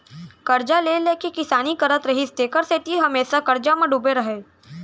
करजा ले ले के किसानी करत रिहिस तेखर सेती हमेसा करजा म डूबे रहय